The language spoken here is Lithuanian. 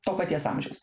to paties amžiaus